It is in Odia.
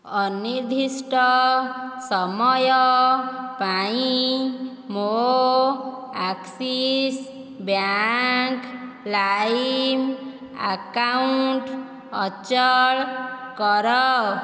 ଅନିର୍ଦ୍ଦିଷ୍ଟ ସମୟ ପାଇଁ ମୋ ଆକ୍ସିସ୍ ବ୍ୟାଙ୍କ୍ ଲାଇମ୍ ଆକାଉଣ୍ଟ ଅଚଳ କର